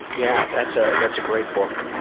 yeah. that's ah that's a great book,